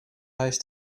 huis